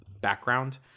background